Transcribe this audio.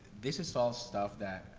this is all stuff that,